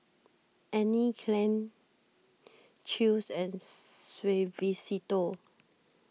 Anne Klein Chew's and Suavecito